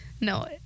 No